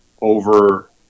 over